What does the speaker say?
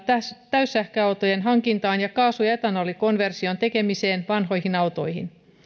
täyssähköautojen hankintaan ja kaasu ja etanolikonversion tekemiseen vanhoihin autoihin